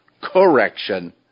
correction